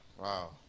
Wow